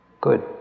Good